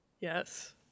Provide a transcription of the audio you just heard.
Yes